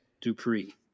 Dupree